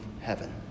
heaven